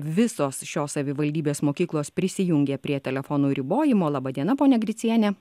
visos šios savivaldybės mokyklos prisijungė prie telefonų ribojimo laba diena pone griciene